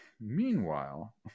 meanwhile